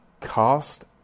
cast